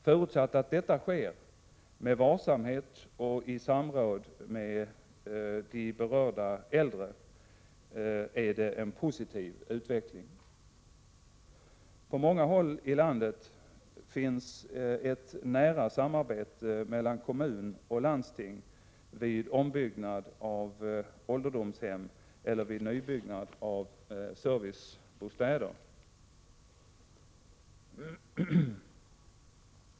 Förutsatt att detta sker med varsamhet och i samråd med de berörda äldre är det en positiv utveckling. På många håll i landet finns ett nära samarbete mellan kommun och landsting vid ombyggnad av ålderdomshem eller vid nybyggnad av servicebostäder.